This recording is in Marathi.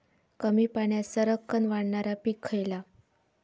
कमी पाण्यात सरक्कन वाढणारा पीक खयला?